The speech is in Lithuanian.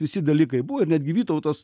visi dalykai buvo ir netgi vytautas